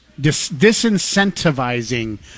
disincentivizing